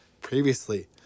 previously